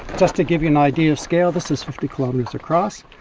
just to give you an idea of scale, this is fifty kilometres across.